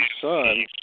son